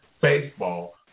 baseball